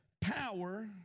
power